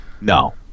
no